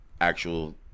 actual